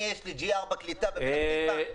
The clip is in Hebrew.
לי יש G4 קליטה בפתח תקווה,